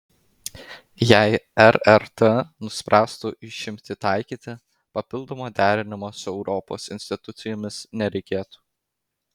jei rrt nuspręstų išimtį taikyti papildomo derinimo su europos institucijomis nereikėtų